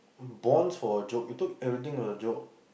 bonds for a joke you took everything as a joke